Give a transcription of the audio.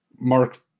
Mark